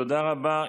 תודה רבה.